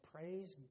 Praise